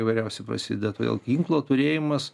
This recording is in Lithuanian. įvairiausi prasideda todėl ginklo turėjimas